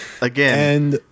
Again